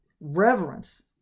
reverence